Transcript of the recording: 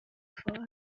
ffwrdd